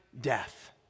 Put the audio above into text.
death